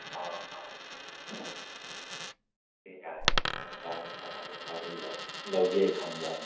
ꯑꯣ ꯑꯣ ꯍꯣꯏ ꯍꯣꯏ ꯑꯗꯨꯒꯨꯝꯕ ꯂꯧꯒꯦ ꯈꯟꯕ